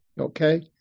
Okay